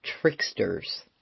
tricksters